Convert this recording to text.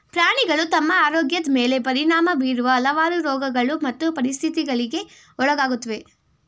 ಪ್ರಾಣಿಗಳು ತಮ್ಮ ಆರೋಗ್ಯದ್ ಮೇಲೆ ಪರಿಣಾಮ ಬೀರುವ ಹಲವಾರು ರೋಗಗಳು ಮತ್ತು ಪರಿಸ್ಥಿತಿಗಳಿಗೆ ಒಳಗಾಗುತ್ವೆ